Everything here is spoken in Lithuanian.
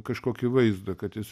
kažkokį vaizdą kad jis